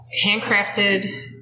handcrafted